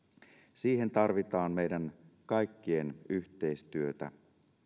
siihen tarvitaan meidän kaikkien yhteistyötä